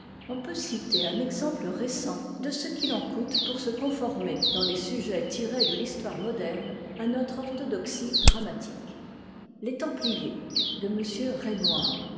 on peut citer un exemple récent de ce qu'il en coûte pour se conformer dans les sujets tirés de l'histoire moderne à notre orthodoxie dramatique les templiers de